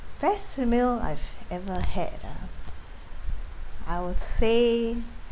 best meal I've ever had wait ah I would say